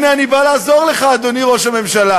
הנה, אני בא לעזור לך, אדוני ראש הממשלה.